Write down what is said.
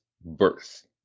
birth